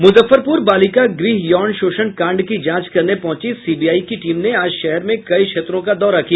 मुजफ्फरपूर बालिका गृह यौन शोषण कांड की जांच करने पहुंची सीबीआई की टीम ने आज शहर में कई क्षेत्रों का दौरा किया